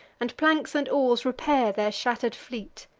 and planks and oars repair their shatter'd fleet.